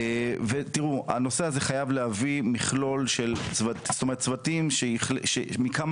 הנושא הזה חייב להביא מכלול של צוותים מכמה